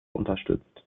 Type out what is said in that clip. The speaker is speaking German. unterstützt